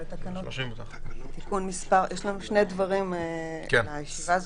שני דברים בישיבה הזאת.